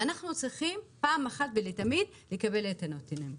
ואנחנו צריכים פעם אחת ולתמיד לקבל את הנתונים.